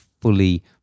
fully